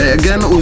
again